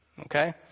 okay